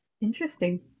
Interesting